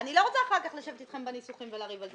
אחר כך לשבת אתכם בניסוחים ולריב על זה.